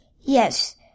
Yes